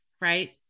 right